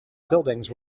buildings